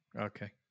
Okay